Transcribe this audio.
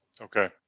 okay